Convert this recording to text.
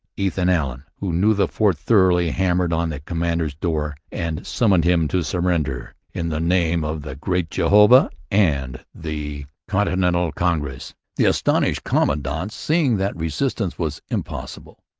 ethan allen, who knew the fort thoroughly, hammered on the commandant's door and summoned him to surrender in the name of the great jehovah and the continental congress the astonished commandant, seeing that resistance was impossible,